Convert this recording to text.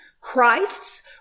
Christ's